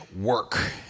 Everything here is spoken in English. work